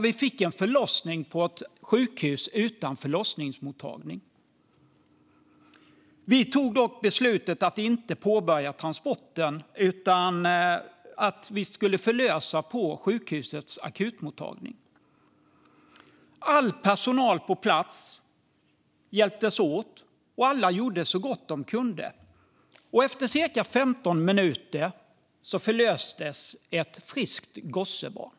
Vi fick då en förlossning på ett sjukhus utan förlossningsavdelning. Vi tog dock beslutet att inte påbörja transporten utan att vi skulle förlösa på sjukhusets akutmottagning. All personal på plats hjälptes åt, och alla gjorde så gott de kunde. Efter cirka 15 minuter förlöstes ett friskt gossebarn.